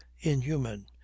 inhuman